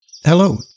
Hello